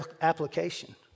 application